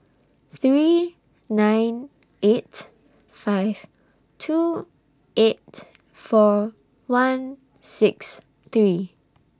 three nine eight five two eight four one six three